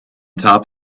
top